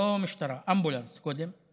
לא משטרה, אמבולנס קודם,